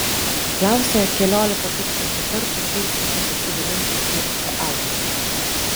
klausia keliolika tūkstančių kartų feisbuke pasidalinto įrašo autoriai